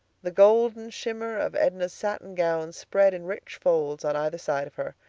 the golden shimmer of edna's satin gown spread in rich folds on either side of her.